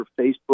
Facebook